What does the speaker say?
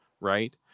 right